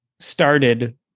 started